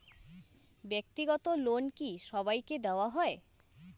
ব্যাক্তিগত লোন কি সবাইকে দেওয়া হয়?